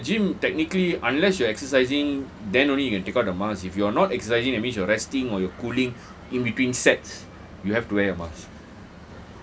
no because in the gym technically unless you're exercising then only you can take out the mask if you're not exercising that means you're resting or you're cooling in between sets you have to wear your mask